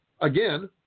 Again